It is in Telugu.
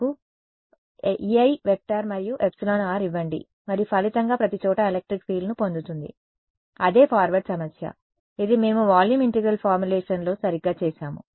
నాకు Ei మరియు εr ఇవ్వండి మరియు ఫలితంగా ప్రతిచోటా ఎలక్ట్రిక్ ఫీల్డ్ను పొందుతుంది అదే ఫార్వర్డ్ సమస్య ఇది మేము వాల్యూమ్ ఇంటిగ్రల్ ఫార్ములేషన్లో సరిగ్గా చేసాము